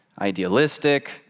idealistic